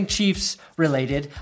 Chiefs-related